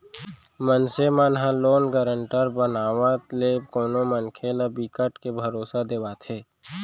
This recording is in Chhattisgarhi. मनसे मन ह लोन गारंटर बनावत ले कोनो मनखे ल बिकट के भरोसा देवाथे